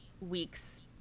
weeks